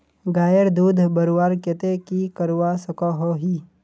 गायेर दूध बढ़वार केते की करवा सकोहो ही?